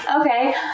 Okay